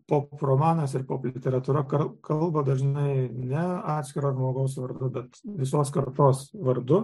pop romanas ir pop literatūra kal kalba dažnai ne atskio žmogaus vardu bet visos kartos vardu